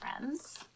friends